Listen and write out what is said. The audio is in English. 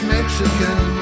Mexican